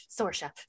Sorsha